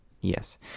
Yes